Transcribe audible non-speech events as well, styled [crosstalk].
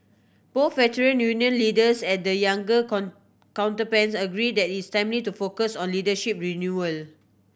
both Veteran Union leaders and the younger [unintelligible] counterparts agree that is timely to focus on leadership renewal